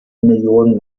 millionen